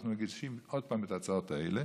אנחנו מגישים עוד פעם את ההצעות האלה.